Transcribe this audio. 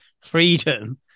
freedom